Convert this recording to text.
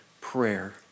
prayer